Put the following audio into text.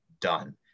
done